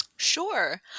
Sure